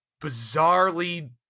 bizarrely